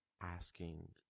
asking